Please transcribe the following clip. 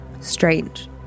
strange